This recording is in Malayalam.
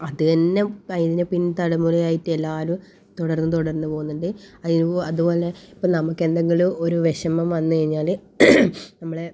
അതന്നെ കഴിഞ്ഞ പിൻതലമുറയായിട്ട് എല്ലാവരും തുടർന്ന് തുടർന്ന് പോവുന്നുണ്ട് അതിലും അതുപോലെ ഇപ്പം നമുക്ക് എന്തെങ്കിലും ഒരു വിഷമം വന്ന് കഴിഞ്ഞാൽ നമ്മളെ